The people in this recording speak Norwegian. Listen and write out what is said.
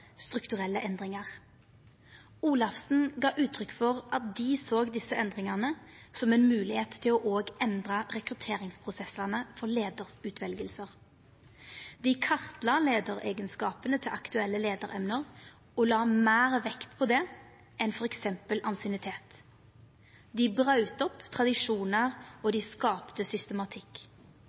strukturelle endringar. Olafsen gav uttrykk for at dei såg desse endringane som ei moglegheit til òg å endra rekrutteringsprosessane for leiarutveljingar. Dei kartla leiareigenskapane til aktuelle leiaremne og la meir vekt på det enn f.eks. ansiennitet. Dei braut opp tradisjonar, og dei skapte systematikk.